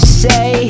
say